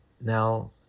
Now